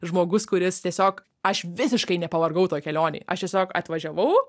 žmogus kuris tiesiog aš visiškai nepavargau toj kelionėj aš tiesiog atvažiavau